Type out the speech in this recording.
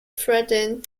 threading